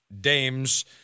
dames